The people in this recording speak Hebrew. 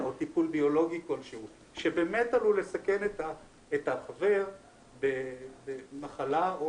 או טיפול ביולוגי כלשהו שבאמת עלול לסכן את החבר במחלה או